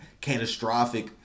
catastrophic